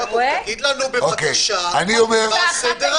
יעקב, תגיד לנו, בבקשה, מה סדר-היום.